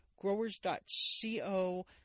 Growers.co